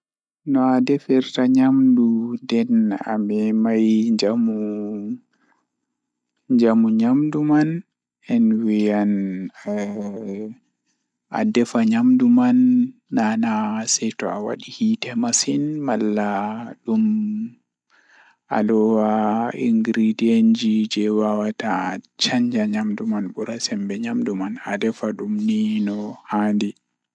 So tawii miɗo faggude njamaaji e dow njamaaji ngal, ɗum njamaaji waawde faggude sabu sabu njiddaade. Ko ɗum njamaaji waawde njiddaade kaɗi nguurndam hoore, njamaaji rewɓe sabu sabu kaɗi ko fiyaangu. Njamaaji waɗa njiddaade fiyaangu ngam njamaaji rewɓe. Ɓeɗɗo ngal rewɓe ɓe fayde, rewɓe njiddaade fiyaangu miɗo waɗata ngal ngal fiyaangu.